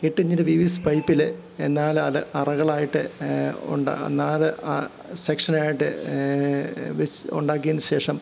എട്ട് ഇഞ്ചിൻ്റെ P V C പൈപ്പിൽ നാല് അല അറകളായിട്ട് ഉണ്ട് നാല് സെക്ഷനായിട്ട് വെച്ച് ഉണ്ടാക്കിയതിനു ശേഷം